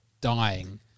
dying